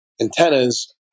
antennas